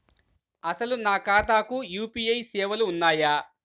అసలు నా ఖాతాకు యూ.పీ.ఐ సేవలు ఉన్నాయా?